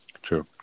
true